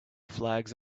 flags